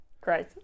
Great